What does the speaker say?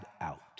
out